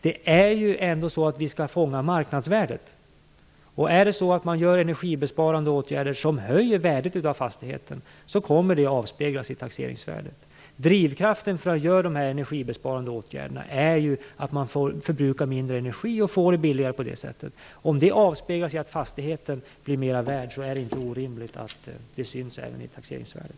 Vi skall ju ändå fånga marknadsvärdet, och om man vidtar energibesparande åtgärder som höjer värdet av fastigheten kommer det att avspeglas i taxeringsvärdet. Drivkraften för att göra de energibesparande åtgärderna är ju att man förbrukar mindre energi och på det sättet får det billigare. Om det avspeglas i att fastigheten blir mer värd är det inte orimligt att det syns även i taxeringsvärdet.